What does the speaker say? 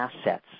assets